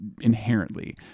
inherently